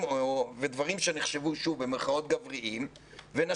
ובליגה הארצית לא חזרו בכלל להתאמן ולא